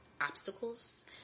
obstacles